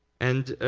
and